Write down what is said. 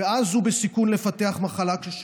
ואז הוא בסיכון לפתח מחלה קשה,